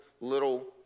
little